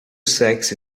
sexy